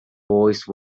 voice